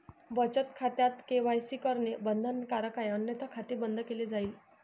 बचत खात्यात के.वाय.सी करणे बंधनकारक आहे अन्यथा खाते बंद केले जाईल